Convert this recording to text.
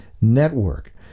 Network